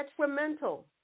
detrimental